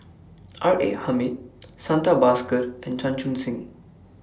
R A Hamid Santha Bhaskar and Chan Chun Sing